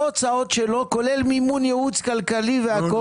הוצאות שלו כולל מימון ייעוץ כלכלי והכול?